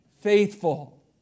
faithful